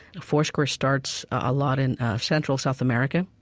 ah foursquare starts a lot in central south america.